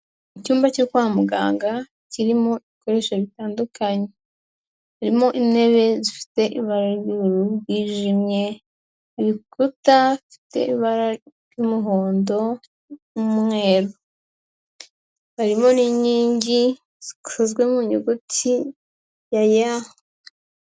Icyumba cyo kwa muganga kirimo ibikoresho bitandukanye. Harimo intebe zifite ibara ry'ubururu bwijimye, ibikuta bifite ibara ry'umuhondo n'umweru. Harimo n'inkingi zikozwe mu nyuguti ya Y.